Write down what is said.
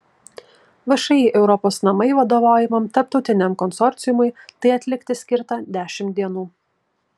všį europos namai vadovaujamam tarptautiniam konsorciumui tai atlikti skirta dešimt dienų